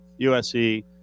USC